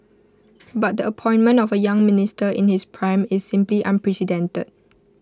but the appointment of A young minister in his prime is simply unprecedented